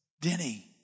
Denny